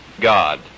God